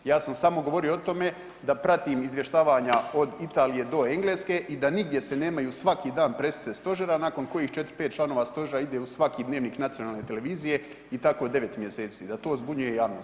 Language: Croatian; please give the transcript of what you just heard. Ja sam samo govorio o tome da pratim izvještavanja od Italije do Engleske i da nigdje se nemaju svaki dan presice stožera nakon kojih 4, 5 članova stožera ide u svaki dnevnik nacionalne televizije i tako 9 mjeseci, da to zbunjuje javnost.